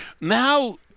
now